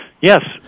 Yes